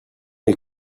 est